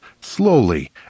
slowly